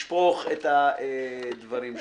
לשפוך את הדברים שלהם.